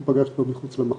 אנחנו פגשנו אותו מחוץ למחלקה,